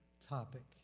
topic